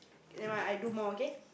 never mind I do more okay